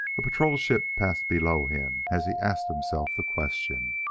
a patrol-ship passed below him as he asked himself the question.